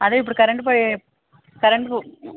అదే ఇప్పుడు కరెంటు పోయే కరెంటు